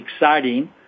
exciting